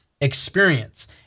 experience